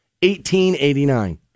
1889